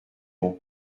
bon